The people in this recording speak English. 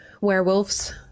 werewolves